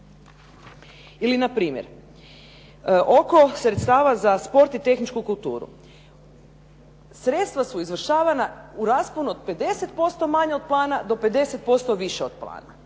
Ili na primjer, oko sredstava za sport i tehničku kulturu, sredstva su izvršavana u rasponu od 50% manje od plana do 50% više od plana.